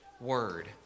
word